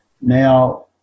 Now